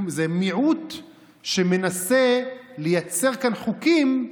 זה מיעוט שמנסה לייצר כאן חוקים,